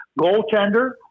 goaltender